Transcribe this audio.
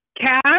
Cash